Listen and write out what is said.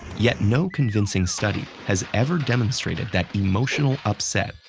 yet no convincing study has ever demonstrated that emotional upset,